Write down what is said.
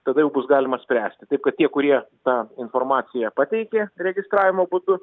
tada jau bus galima spręsti taip kad tie kurie tą informaciją pateikė registravimo būdu